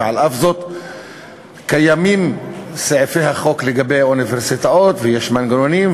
ועל אף זאת קיימים סעיפי החוק לגבי אוניברסיטאות ויש מנגנונים,